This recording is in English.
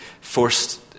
forced